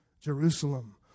Jerusalem